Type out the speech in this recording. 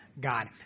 God